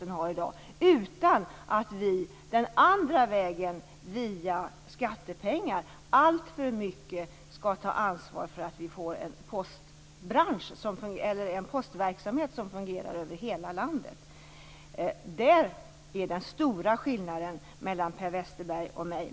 Detta måste göras utan att vi den andra vägen, via skattepengar, i alltför hög grad skall ta ansvar för att vi skall få en postverksamhet som fungerar över hela landet. Däri ligger den stora skillnaden mellan Per Westerberg och mig.